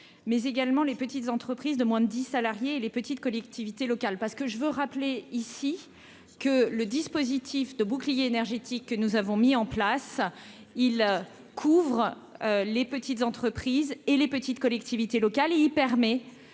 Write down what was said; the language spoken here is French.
mais également les petites entreprises de moins de 10 salariés et les petites collectivités locales parce que je veux rappeler ici que le dispositif de bouclier énergétique que nous avons mis en place, il couvre les petites entreprises et les petites collectivités locales et il permet